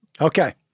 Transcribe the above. okay